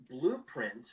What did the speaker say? blueprint